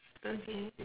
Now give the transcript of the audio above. okay